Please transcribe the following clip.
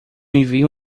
envio